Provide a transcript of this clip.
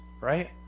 right